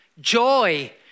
joy